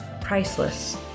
priceless